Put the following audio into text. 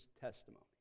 testimony